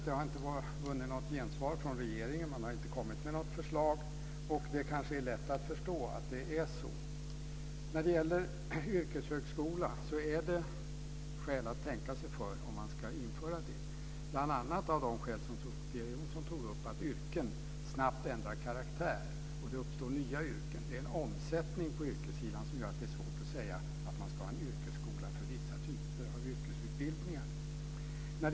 Det har inte vunnit något gensvar från regeringen, man har inte kommit med något förslag, och det kanske är lätt att förstå att det är så. När det gäller yrkeshögskola är det skäl att tänka sig för om man ska införa det, bl.a. av de skäl som Sofia Jonsson tog upp, att yrken snabbt ändrar karaktär. Det uppstår nya yrken. Det är en omsättning på yrkessidan som gör att det är svårt att ha en yrkesskola för vissa typer av yrkesutbildningar.